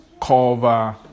cover